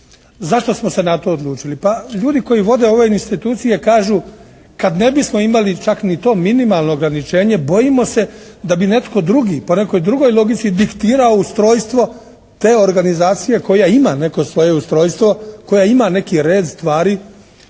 Zašto smo se na to odlučili? Pa ljudi koji vode ove institucije kažu kad ne bismo imali čak ni to minimalno ograničenje bojimo se da bi netko drugi, po nekoj drugoj logici diktirao ustrojstvo te organizacije koja ima neko svoje ustrojstvo, koja ima neki red stvari